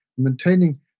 Maintaining